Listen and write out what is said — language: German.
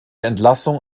entlassung